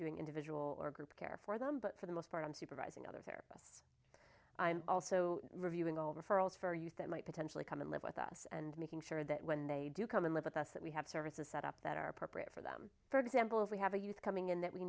doing individual or group care for them but for the most part i'm supervising other there i'm also reviewing all referrals for youth that might potentially come and live with us and making sure that when they do come and live with us that we have services set up that are appropriate for them for example if we have a youth coming in that we